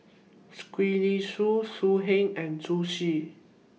Gwee Li Sui So Heng and Zhu Xu